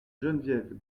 geneviève